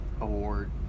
award